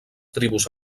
tribus